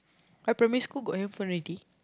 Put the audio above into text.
I primary school got handphone already